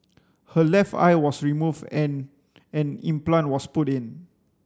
her left eye was removed and an implant was put in